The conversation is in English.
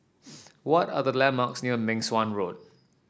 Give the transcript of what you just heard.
what are the landmarks near Meng Suan Road